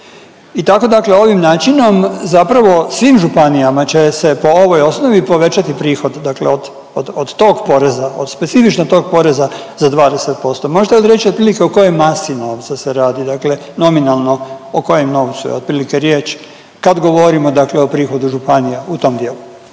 dakle ovim načinom zapravo svim županijama će se po ovoj osnovi povećati prihod, dakle od tog poreza, od specifično tog poreza za 20%. Možete mi reći otprilike o kojoj masi novca se radi, dakle nominalno, o kojem novcu je otprilike riječ kad govorimo o prihodu županije u tom dijelu?